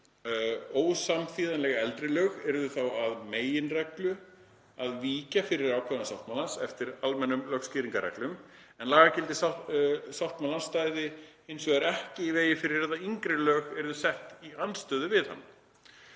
Ósamþýðanleg eldri lög yrðu þá að meginreglu að víkja fyrir ákvæðum sáttmálans eftir almennum lögskýringarreglum, en lagagildi sáttmálans stæði því hins vegar ekki í vegi að yngri lög yrðu sett í andstöðu við hann.